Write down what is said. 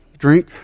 Drink